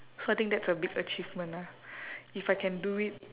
so I think that's a big achievement ah if I can do it